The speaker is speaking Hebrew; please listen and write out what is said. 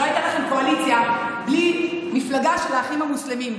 שלא הייתה לכם קואליציה בלי מפלגה של האחים המוסלמים,